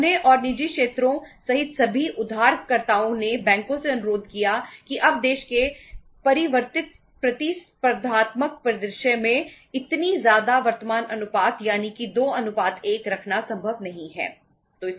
उन्होंने और निजी क्षेत्रों सहित सभी उधारकर्ताओं ने बैंकों से अनुरोध किया कि अब देश के परिवर्तित प्रतिस्पर्धात्मक परिदृश्य में इतनी ज्यादा वर्तमान अनुपात यानी कि 2 1 रखना संभव नहीं है